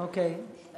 אוקיי.